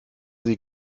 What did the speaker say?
sie